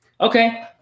Okay